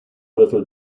river